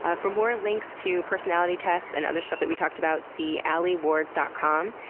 ah for more links to personality tests and other stuff that we talked about, see alieward dot com.